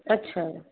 अच्छा